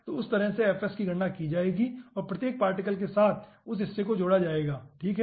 तो उस तरह से की गणना की जाएगी और प्रत्येक पार्टिकल के साथ उस हिस्से को जोड़ा जाएगा ठीक है